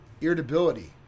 irritability